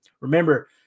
Remember